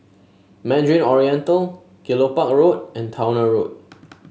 Mandarin Oriental Kelopak Road and Towner Road